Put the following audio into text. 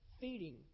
feeding